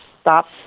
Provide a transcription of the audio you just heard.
stop